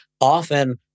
often